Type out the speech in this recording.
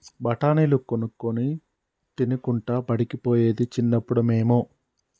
బఠాణీలు కొనుక్కొని తినుకుంటా బడికి పోయేది చిన్నప్పుడు మేము